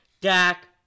Dak